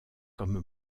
comme